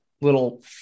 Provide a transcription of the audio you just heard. little